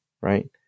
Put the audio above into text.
right